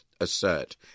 assert